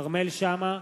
כרמל שאמה,